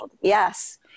yes